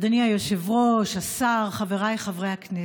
אדוני היושב-ראש, השר, חבריי חברי הכנסת,